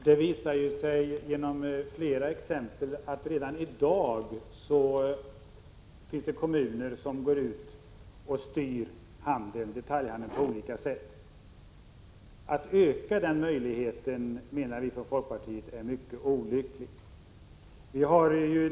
Fru talman! Flera exempel visar att det redan i dag finns kommuner som går ut och styr detaljhandeln på olika sätt. Att öka den möjligheten menar vi i folkpartiet skulle vara mycket olyckligt.